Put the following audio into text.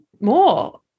more